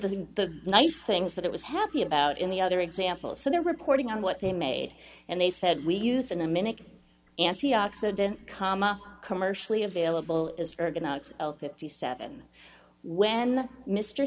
to the nice things that it was happy about in the other example so they're reporting on what they made and they said we used in a minute antioxidant cama commercially available is ergonomics open the seven when mr